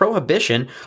Prohibition